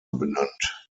benannt